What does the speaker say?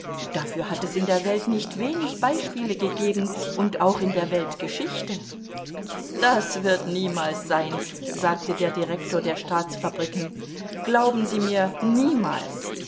dafür hat es in der welt nicht wenig beispiele gegeben und auch in der weltgeschichte das wird niemals sein sagte der direktor der staatsfabriken glauben sie mir niemals